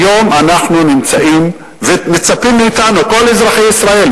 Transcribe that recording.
היום אנחנו נמצאים, ומצפים מאתנו, כל אזרחי ישראל.